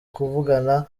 kuvugana